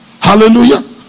Hallelujah